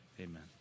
Amen